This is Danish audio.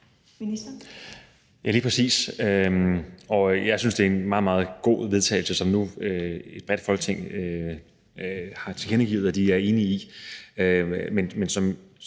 Heunicke): Ja, lige præcis, og jeg synes, det er en meget, meget god vedtagelsestekst, som et bredt Folketing nu har tilkendegivet at de er enige i. Men når